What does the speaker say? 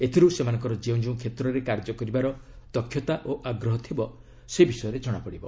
ଏଥିରୁ ସେମାନଙ୍କର ଯେଉଁ ଯେଉଁ କ୍ଷେତ୍ରରେ କାର୍ଯ୍ୟ କରିବାର ଦକ୍ଷତା ଓ ଆଗ୍ରହ ଥିବ ସେ ବିଷୟରେ ଜଣାପଡ଼ିବ